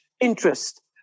interest